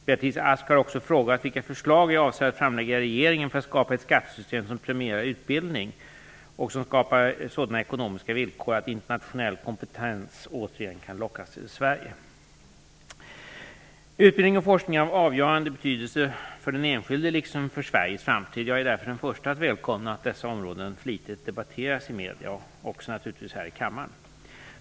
Beatrice Ask har också frågat vilka förslag jag avser att framlägga i regeringen för att skapa ett skattesystem som premierar utbildning och som skapar sådana ekonomiska villkor att internationell kompetens återigen kan lockas till Utbildning och forskning är områden av avgörande betydelse för den enskilde liksom för Sveriges framtid. Jag är den första att välkomna att dessa områden flitigt debatteras i medierna och här i kammaren.